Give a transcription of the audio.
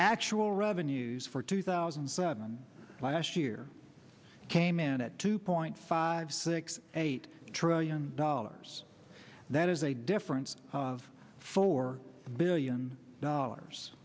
actual revenues for two thousand and seven last year came in at two point five six eight trillion dollars that is a difference of four billion dollars